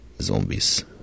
Zombies